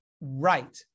right